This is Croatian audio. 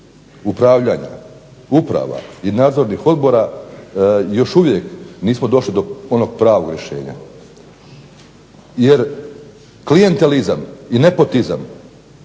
upravljanja uprava i nadzornih odbora još uvijek nismo došli do onog pravog rješenja. Jer klijentalizam i nepotizam